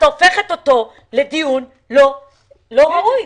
את הופכת אותו לדיון לא ראוי.